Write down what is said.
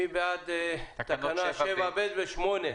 מי בעד תקנות 7ב' ו-8?